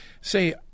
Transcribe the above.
Say